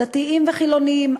דתיים וחילונים,